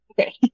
Okay